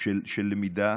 של למידה